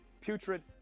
putrid